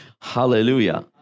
hallelujah